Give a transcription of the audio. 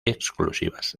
exclusivas